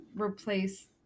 replace